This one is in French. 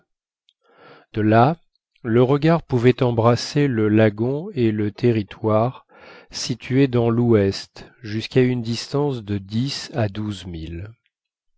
de là le regard pouvait embrasser le lagon et le territoire situé dans l'ouest jusqu'à une distance de dix à douze milles